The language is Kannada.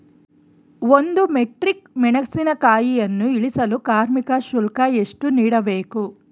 ಒಂದು ಮೆಟ್ರಿಕ್ ಮೆಣಸಿನಕಾಯಿಯನ್ನು ಇಳಿಸಲು ಕಾರ್ಮಿಕ ಶುಲ್ಕ ಎಷ್ಟು ನೀಡಬೇಕು?